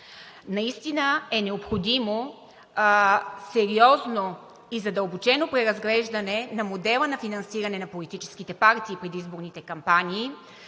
Наистина е необходимо сериозно и задълбочено преразглеждане на модела на финансиране на политическите партии в предизборните кампании